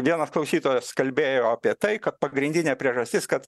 vienas klausytojas kalbėjo apie tai kad pagrindinė priežastis kad